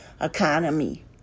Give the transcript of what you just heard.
economy